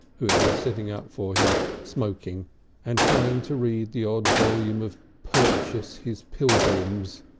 who had been sitting up for him, smoking and trying to read the odd volume of purchas his pilgrimes,